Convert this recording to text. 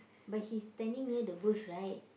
but he's standing near the bush right